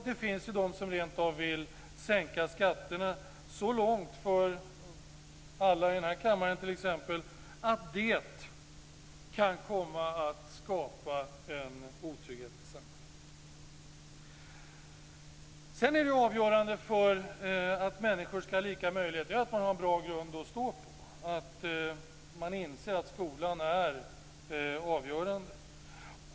Det finns de som rent av vill sänka skatterna så mycket för alla i denna kammare t.ex. att det kan komma att skapa en otrygghet i samhället. Det som också är avgörande för att människor ska ha lika möjligheter är att de har en bra grund att stå på, att de inser att skolan är avgörande.